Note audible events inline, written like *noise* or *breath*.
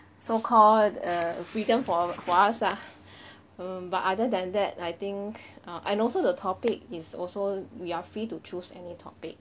so call err freedom for for us ah *breath* um but other than that I think um and also the topic is also we are free to choose any topic